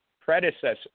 predecessor